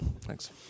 Thanks